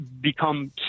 become